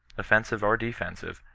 offensive or defensive,